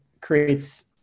creates